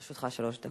לרשותך שלוש דקות.